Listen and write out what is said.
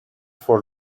for